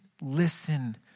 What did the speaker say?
listen